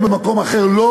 ובמקום אחר לא,